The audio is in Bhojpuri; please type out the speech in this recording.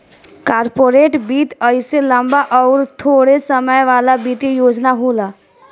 कॉर्पोरेट वित्त अइसे लम्बा अउर थोड़े समय वाला वित्तीय योजना होला